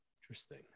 Interesting